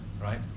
right